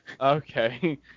Okay